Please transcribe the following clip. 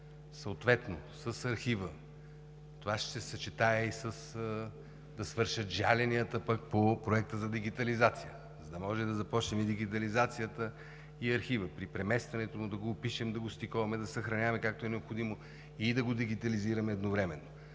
Съответно с архива – ще се съчетае и с това да свършат жаленията пък по Проекта за дигитализация, за да може да започнем и дигитализацията, и архива, при преместването му да го опишем, да го стиковаме, да съхраняваме, както е необходимо, и да го дигитализираме едновременно.